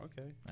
Okay